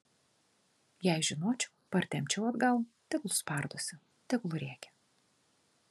jei žinočiau partempčiau atgal tegul spardosi tegul rėkia